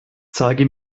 zeige